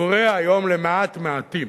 קורה היום למעט-מעטים.